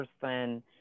person